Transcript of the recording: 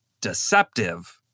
deceptive